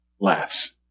laughs